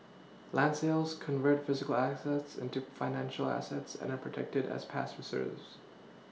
land sales convert physical assets into financial assets and are protected as past Reserves